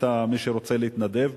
מי שרוצה להתנדב,